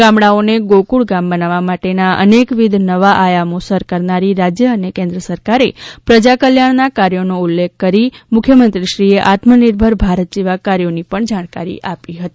ગામડાઓને ગોકુલ ગામ બનાવવા માટેના અનેકવિધ નવા આયામો સર કરનારી રાજ્ય અને કેન્દ્ર સરકારે પ્રજાકલ્યાણના કાર્યોનો ઉલ્લેખ કરીને મુખ્યમંત્રીશ્રીએ આત્મનિર્ભર ભારત જેવા કાર્યોની પણ જાણકારી આપી હતી